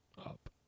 up